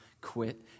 quit